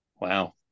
Wow